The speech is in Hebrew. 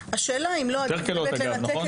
יותר קלות, נכון?